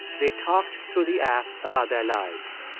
they talked through the app about their lives,